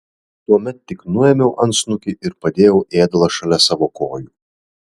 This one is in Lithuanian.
tuomet tik nuėmiau antsnukį ir padėjau ėdalą šalia savo kojų